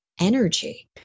energy